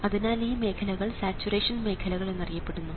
അതിനാൽ ഈ മേഖലകൾ സാച്ചുറേഷൻ മേഖലകൾ എന്നറിയപ്പെടുന്നു